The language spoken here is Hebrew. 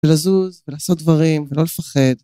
ולזוז ולעשות דברים ולא לפחד